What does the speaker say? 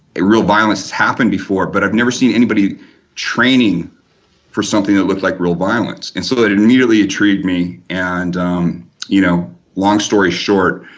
real violence happened before, but i've never seen anybody training for something that looked like real violence. and so that it nearly achieved me and you know, long story short,